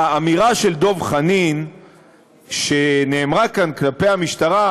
האמירה של דב חנין שנאמרה כאן כלפי המשטרה,